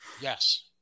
Yes